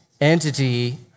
entity